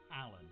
Alan